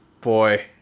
Boy